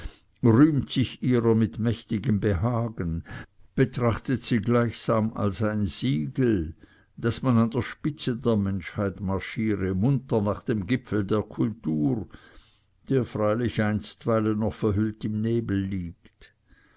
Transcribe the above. rühmt sich ihrer mit mächtigem behagen betrachtet sie gleichsam als ein siegel daß man an der spitze der menschheit marschiere munter nach dem gipfel der kultur der freilich einstweilen noch verhüllt im nebel liegt